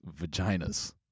vaginas